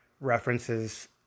references